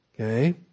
Okay